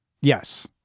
Yes